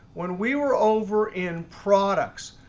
when we were over in products,